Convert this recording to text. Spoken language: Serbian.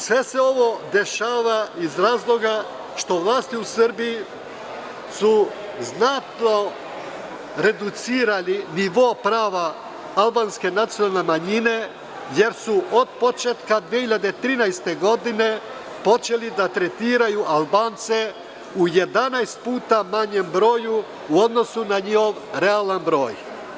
Sve se ovo dešava iz razloga što su vlasti u Srbiji znatno reducirali nivo prava albanske nacionalne manjine, jer su od početka 2013. godine počeli da tretiraju Albance u 11 puta manjem broju u odnosu na njihov realan broj.